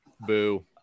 Boo